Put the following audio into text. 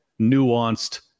nuanced